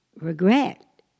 regret